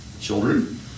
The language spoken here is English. children